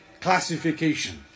classification